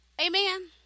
Amen